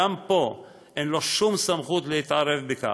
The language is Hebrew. גם פה, אין לו שום סמכות להתערב בכך.